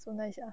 so nice sia